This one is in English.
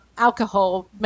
Alcohol